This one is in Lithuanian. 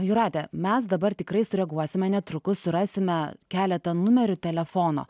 jūrate mes dabar tikrai sureaguosime netrukus surasime keletą numerių telefono